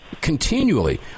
continually